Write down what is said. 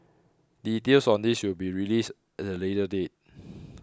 details on this will be released at a later date